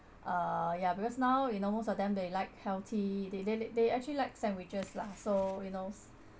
uh yeah because now you know most of them they like healthy they they they actually like sandwiches lah so you know